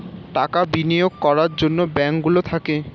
টাকা বিনিয়োগ করার জন্যে ব্যাঙ্ক গুলো থাকে